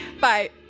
Bye